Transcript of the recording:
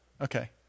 Okay